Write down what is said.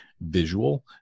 visual